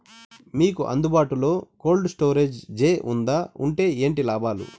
మీకు అందుబాటులో బాటులో కోల్డ్ స్టోరేజ్ జే వుందా వుంటే ఏంటి లాభాలు?